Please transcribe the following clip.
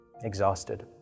exhausted